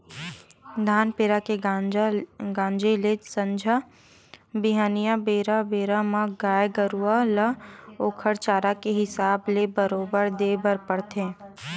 धान पेरा के गांजे ल संझा बिहनियां बेरा बेरा म गाय गरुवा ल ओखर चारा के हिसाब ले बरोबर देय बर परथे